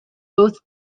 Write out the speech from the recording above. both